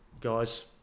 guys